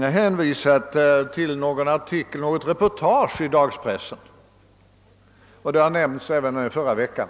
det också hänvisats till något reportage i dagspressen, vilket även omnämndes förra veckan.